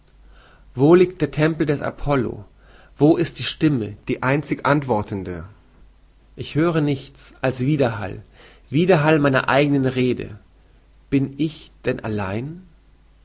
wo liegt der tempel des apollo wo ist die stimme die einzig antwortende ich höre nichts als wiederhall wiederhall meiner eigenen rede bin ich denn allein